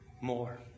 more